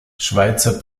schweizer